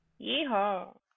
Yeehaw